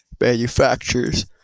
manufacturer's